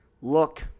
look